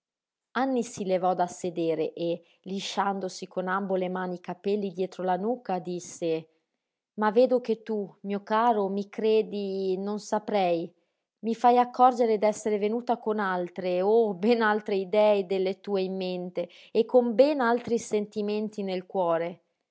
anny si levò da sedere e lisciandosi con ambo le mani i capelli dietro la nuca disse ma vedo che tu mio caro mi credi non saprei i fai accorgere d'essere venuta con altre oh ben altre idee delle tue in mente e con ben altri sentimenti nel cuore